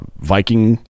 Viking